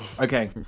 Okay